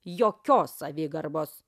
jokios savigarbos